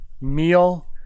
meal